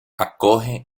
acoge